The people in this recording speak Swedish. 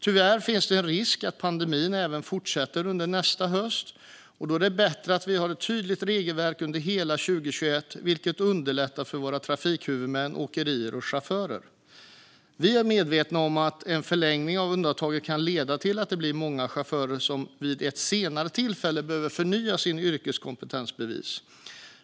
Tyvärr finns det en risk att pandemin fortsätter även under nästa höst. Då är det bättre att vi har ett tydligt regelverk under hela 2021, vilket underlättar för våra trafikhuvudmän, åkerier och chaufförer. Vi är medvetna om att en förlängning av undantaget kan leda till att det blir många chaufförer som vid ett senare tillfälle behöver förnya sitt yrkeskompetensbevis.